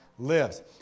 Lives